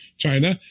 China